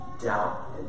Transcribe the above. doubt